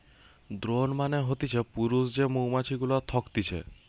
drone মানে হতিছে পুরুষ যে মৌমাছি গুলা থকতিছে